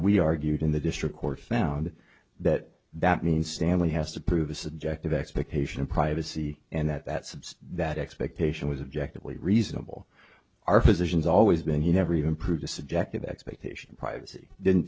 we argued in the district court found that that means stanley has to prove a subjective expectation of privacy and that subsea that expectation was objective way reasonable are physicians always been he never even proved a subjective expectation of privacy didn't